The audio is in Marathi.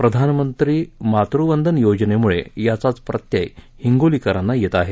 प्रधानमंत्री मातुंदंदन योजनेमुळे याचाच प्रत्यय हिंगोलीकरांना येत आहे